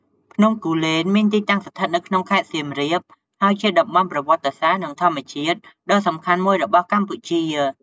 ភ្នំគូលែន មានទីតាំងស្ថិតនៅក្នុងខេត្តសៀមរាប ហើយជាតំបន់ប្រវត្តិសាស្ត្រនិងធម្មជាតិដ៏សំខាន់មួយរបស់កម្ពុជា។